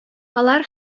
алар